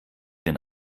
den